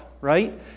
right